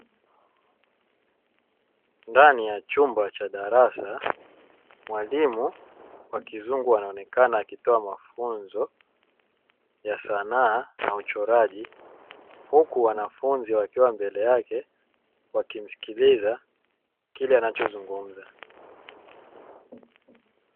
Ndani ya chumba cha darasa mwalimu wa kizungu anaonekana akitoa mafunzo ya sanaa na uchoraji, huku wanafunzi wakiwa mbele yake wakimsikiliza kile anachozungumza.